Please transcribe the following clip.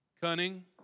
Cunning